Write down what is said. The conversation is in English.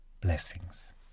Blessings